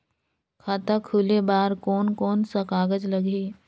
खाता खुले बार कोन कोन सा कागज़ लगही?